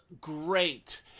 great